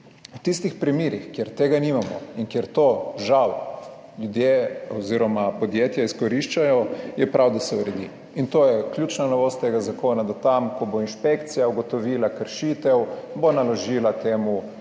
v tistih primerih kjer tega nimamo in kjer to žal ljudje, oz. podjetja izkoriščajo, je prav, da se uredi. To je ključna novost tega zakona, da tam, ko bo inšpekcija ugotovila kršitev, bo naložila temu